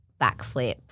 backflip